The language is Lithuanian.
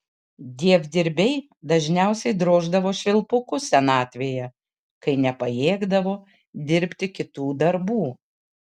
dievdirbiai dažniausiai droždavo švilpukus senatvėje kai nepajėgdavo dirbti kitų darbų